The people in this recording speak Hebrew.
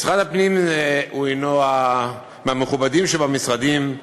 משרד הפנים הנו מהמכובדים שבמשרדים,